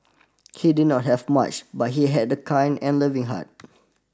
he did not have much but he had a kind and loving heart